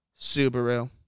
Subaru